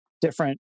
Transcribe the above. different